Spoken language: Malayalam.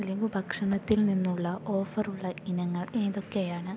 ലഘുഭക്ഷണത്തിൽ നിന്നുള്ള ഓഫറുള്ള ഇനങ്ങൾ ഏതൊക്കെയാണ്